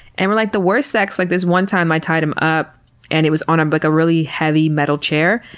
and we're like, the worst sex like this one time i tied him up and it was on a like ah really heavy metal chair,